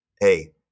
hey